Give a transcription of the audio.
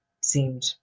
seemed